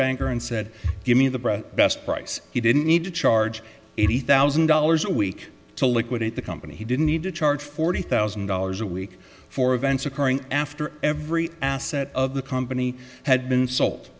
banker and said give me the broad best price he didn't need to charge eighty thousand dollars a week to liquidate the company he didn't need to charge forty thousand dollars a week for events occurring after every asset of the company had been sold